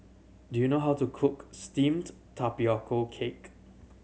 do you know how to cook steamed tapioca cake